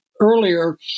earlier